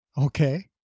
Okay